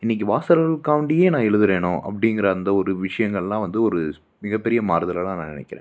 இன்றைக்கு வாசகர்களுக்காக வேண்டியே நான் எழுதுகிறேனோ அப்படிங்கிற அந்த ஒரு விஷயங்கள்லாம் வந்து ஒரு மிகப்பெரிய மாறுதல்களாக நான் நினைக்கிறேன்